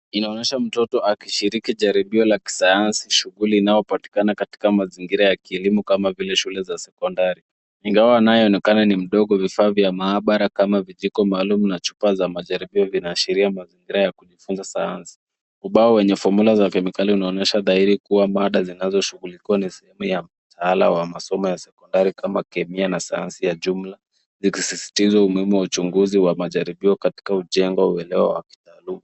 Inaonyesha mtoto akishiriki jaribio la kisayansi shughuli inayopatikana katika mazingira ya kielimu kama vile shule za sekondari. Ingawa anayeonekana ni mdogo vifaa vya maabara kama vijiko maalum na chupa za majaribio vinaashiria mazingira ya kujifunza sayansi. Ubao wenye fomyula za kemikali unaonyesha dhahiri kuwa mada zinazoshughulikiwa ni sehemu ya mtaala wa masomo ya sekondari kama Kemia na Sayansi ya jumla likisisitiza umuhimu wa uchunguzi wa majaribio katika ujengo uelewa wa...